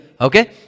Okay